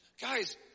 guys